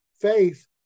faith